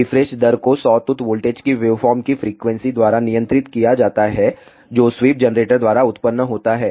refresh दर को sawtooth voltage की वेवफॉर्म की फ्रीक्वेंसी द्वारा नियंत्रित किया जाता है जो स्वीप जनरेटर द्वारा उत्पन्न होता है